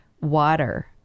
water